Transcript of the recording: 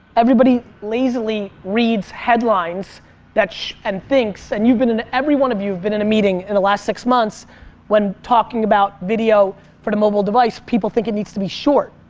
everybody lazily reads headlines that and thinks that and you been in every one of you been in a meeting in the last six months when talking about video for the mobile device, people think it needs to be short.